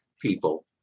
people